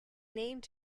named